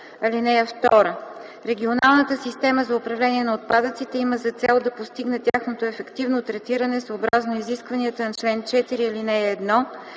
(2) Регионалната система за управление на отпадъците има за цел да постигне тяхното ефективно третиране, съобразно изискванията на чл. 4, ал. 1